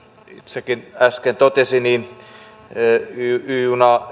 itsekin äsken totesi y junaa